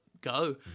Go